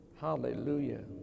Hallelujah